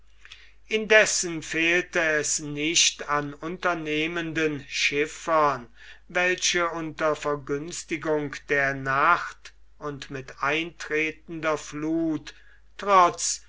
indessen fehlte es nicht an unternehmenden schiffern welche unter vergünstigung der nacht und mit eintretender fluth trotz